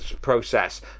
process